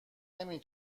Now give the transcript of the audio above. نمی